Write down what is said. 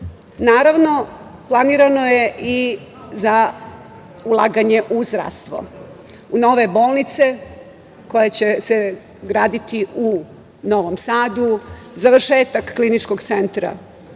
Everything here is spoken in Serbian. Naravno, planirano je i za ulaganje u zdravstvo, nove bolnice koje će se graditi u Novom Sadu, završetak Kliničkog centra